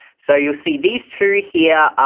so you'll see these two here,